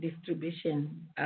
distribution